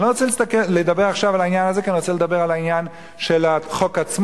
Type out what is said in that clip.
אני לא רוצה לדבר עכשיו על העניין הזה כי אני רוצה לדבר על החוק עצמו.